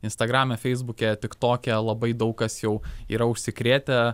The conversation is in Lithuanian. instagrame feisbuke tiktoke labai daug kas jau yra užsikrėtę